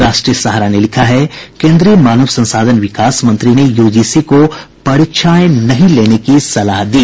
राष्ट्रीय सहारा ने लिखा है केंद्रीय मानव संसाधन विकास मंत्री ने यूजीसी को परीक्षाएं नहीं लेने की सलाह दी